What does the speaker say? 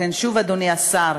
לכן שוב, אדוני השר,